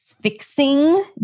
fixing